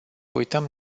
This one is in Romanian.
uităm